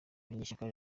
munyeshyaka